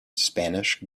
spanish